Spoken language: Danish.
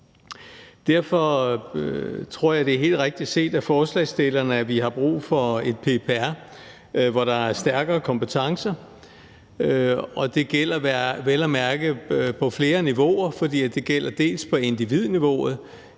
Derfor tror jeg, det er helt rigtigt set af forslagsstillerne, at vi har brug for et PPR, hvor der er stærkere kompetencer, og det gælder vel at mærke på flere niveauer, for det gælder på individniveau